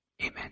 Amen